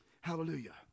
Hallelujah